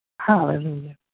Hallelujah